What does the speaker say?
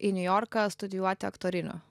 į niujorką studijuoti aktorinio